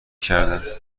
کردم